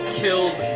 killed